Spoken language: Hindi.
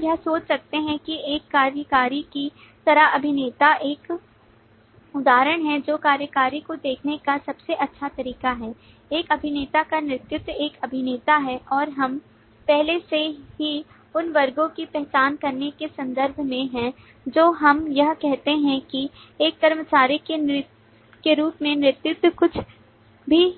हम यह सोच सकते हैं कि एक कार्यकारी की तरह अभिनेता एक उदाहरण है जो कार्यकारी को देखने का सबसे अच्छा तरीका है एक अभिनेता का नेतृत्व एक अभिनेता है और हम पहले से ही उन वर्गों की पहचान करने के संदर्भ में हैं जो हम यह देखते हैं कि एक कर्मचारी के रूप में नेतृत्व कुछ भी